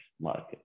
market